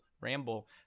Ramble